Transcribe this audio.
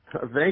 thank